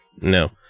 No